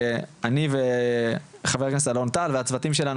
שאני וחבר הכנסת אלון טל והצוותים שלנו,